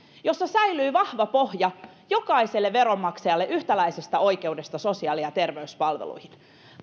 jossa säilyy vahva pohja jokaisen veronmaksajan yhtäläisestä oikeudesta sosiaali ja terveyspalveluihin